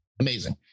amazing